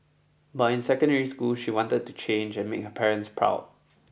but in secondary school she wanted to change and make her parents proud